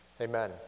Amen